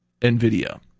NVIDIA